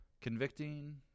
convicting